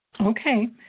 Okay